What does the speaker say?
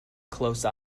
close